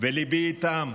וליבי איתם,